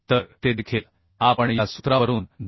तर ते देखील आपण या सूत्रावरून 2